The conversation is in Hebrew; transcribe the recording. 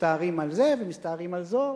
מסתערים על זה ומסתערים על זו.